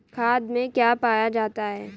खाद में क्या पाया जाता है?